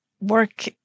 work